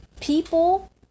people